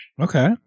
Okay